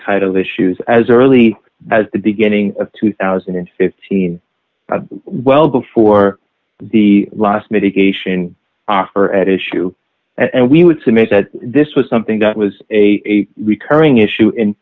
title issues as early as the beginning of two thousand and fifteen well before the last mitigation for at issue and we would submit that this was something that was a recurring issue in